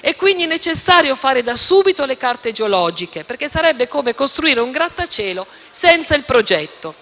È quindi necessario fare da subito le carte geologiche. Sarebbe come costruire un grattacielo senza il progetto.